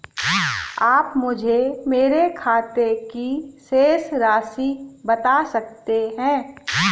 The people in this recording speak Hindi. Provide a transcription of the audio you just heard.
आप मुझे मेरे खाते की शेष राशि बता सकते हैं?